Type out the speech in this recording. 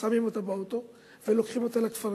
שמים אותה באוטו ולוקחים אותה לכפרים.